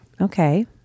Okay